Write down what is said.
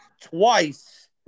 twice